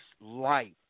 life